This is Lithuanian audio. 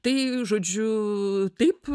tai žodžiu taip